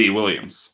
Williams